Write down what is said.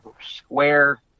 square